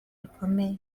bikomeye